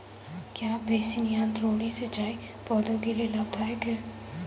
क्या बेसिन या द्रोणी सिंचाई पौधों के लिए लाभदायक है?